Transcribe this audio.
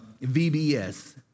VBS